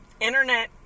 internet